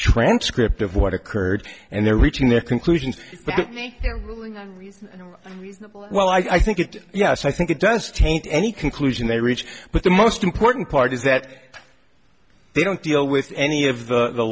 transcript of what occurred and they're reaching their conclusions well i think it yes i think it does taint any conclusion they reach but the most important part is that they don't deal with any of the